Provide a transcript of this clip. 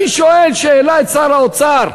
אני שואל שאלה את שר האוצר: